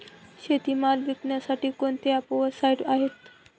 शेतीमाल विकण्यासाठी कोणते ॲप व साईट आहेत?